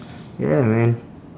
yeah man